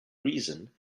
reason